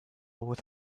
with